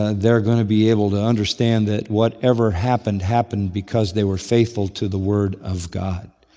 ah they're going to be able to understand that whatever happened happened because they were faithful to the word of god.